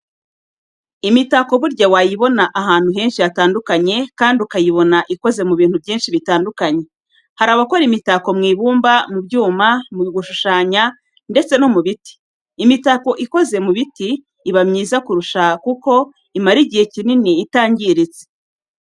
Imitako burya wayibona ahantu henshi hatandukanye kandi ukayibona ikoze mu bintu byinshi bitandukanye. Hari abakora imitako mu ibumba, mu byuma, mu gushushanya, ndetse no mu biti. Imitako ikoze mu biti iba myiza kurusha kuko imara igihe kinini itangiritse.